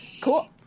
Cool